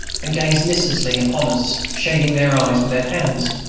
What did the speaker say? and gazed listlessly upon us, shading their eyes with their hands.